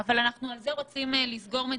אבל אנחנו על זה רוצים לסגור מדינה,